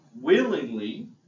willingly